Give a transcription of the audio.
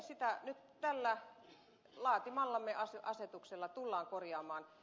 sitä nyt tällä laatimallamme asetuksella tullaan korjaamaan